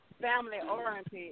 family-oriented